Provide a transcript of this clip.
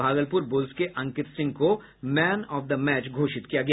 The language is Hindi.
भागलपुर बुल्स के अंकित सिंह को मैन ऑफ दी मैच घोषित किया गया